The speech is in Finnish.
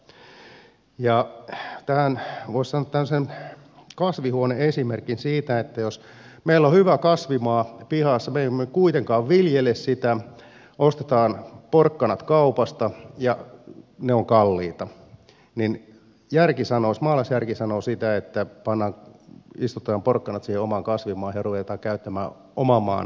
tähän voisi sanoa tällaisen kasvihuone esimerkin että jos meillä on hyvä kasvimaa pihassa mutta me emme kuitenkaan viljele sitä vaan ostamme porkkanat kaupasta ja ne ovat kalliita niin maalaisjärki sanoo että istutetaan porkkanat siihen omaan kasvimaahan ja ruvetaan käyttämään oman maan tuotteita